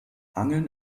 angeln